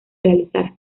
realizar